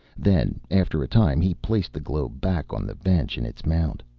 then, after a time, he placed the globe back on the bench, in its mount.